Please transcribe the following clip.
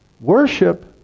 worship